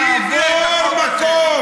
אתה צריך לעבור מקום.